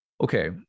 Okay